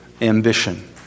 ambition